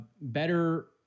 better –